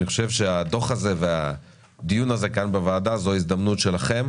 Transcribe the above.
אני חושב שהדוח הזה והדיון הזה כאן בוועדה זו ההזדמנות שלכם